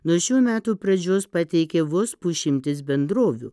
nuo šių metų pradžios pateikė vos pusšimtis bendrovių